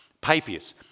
Papias